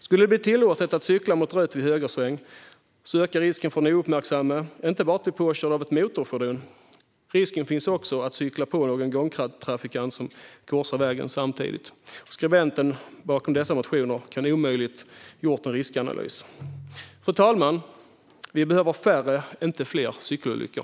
Skulle det bli tillåtet att cykla mot rött vid högersväng ökar det inte bara risken för den ouppmärksamme att bli påkörd av ett motorfordon utan också risken att cykla på en gångtrafikant som korsar vägen samtidigt. Skribenten bakom denna motion kan omöjligt ha gjort en riskanalys. Fru talman! Vi behöver färre, inte fler, cykelolyckor.